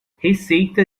receita